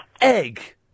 Egg